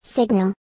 Signal